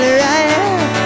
right